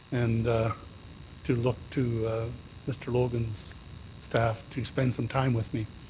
and to look to mr. logan's staff to spend some time with me